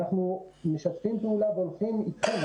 אנחנו משתפים פעולה והולכים אתכם.